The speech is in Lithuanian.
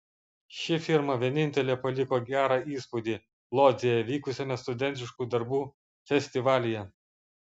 ši firma vienintelė paliko gerą įspūdį lodzėje vykusiame studentiškų darbų festivalyje